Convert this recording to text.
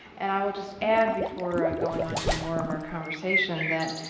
and i will just add before going on to more of our conversation, that